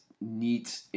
neat